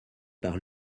par